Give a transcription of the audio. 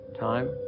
time